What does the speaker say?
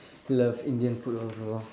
love Indian food also